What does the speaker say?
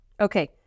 Okay